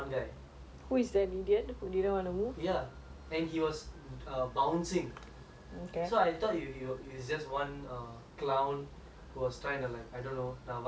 ya and he was err bouncing so I thought if it's just one err clown who was trying to like I don't know நான் வரும்போது நகருவான்னு பாதேனு நினச்சு நான் போயிட்டு இருந்தேன்:naa varumpothu nagaruvaanu pathaenu ninachu naan poyitu iruthaen